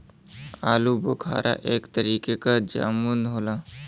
आलूबोखारा एक तरीके क जामुन होला